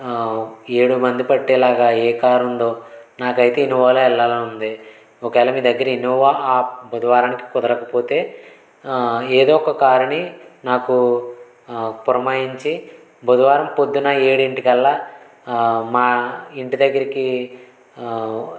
ఏడు మంది పట్టేలాగా ఏ కారుందో నాకైతే ఇన్నోవాలో వెళ్లాలని ఉంది ఒకేలా మీ దగ్గర ఇన్నోవా ఆ బుధవారానికి కుదరకపోతే ఏదో ఒక కారుని నాకూ పురమాయించి బుధవారం పొద్దున ఏడింటికల్లా మా ఇంటి దగ్గరికి